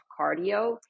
cardio